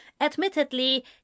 Admittedly